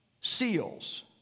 seals